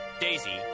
Daisy